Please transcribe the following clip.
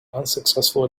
unsuccessful